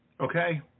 okay